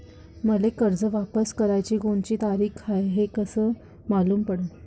मले कर्ज वापस कराची कोनची तारीख हाय हे कस मालूम पडनं?